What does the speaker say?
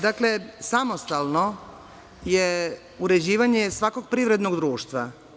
Dakle, samostalno je uređivanje svakog privrednog društva.